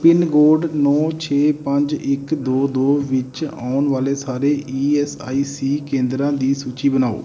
pin code ਨੌਂ ਛੇ ਪੰਜ ਇਕ ਦੋ ਦੋ ਵਿੱਚ ਆਉਣ ਵਾਲੇ ਸਾਰੇ ਈ ਐਸ ਆਈ ਸੀ ਕੇਂਦਰਾਂ ਦੀ ਸੂਚੀ ਬਣਾਓ